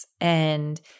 and-